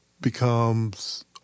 becomes